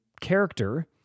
character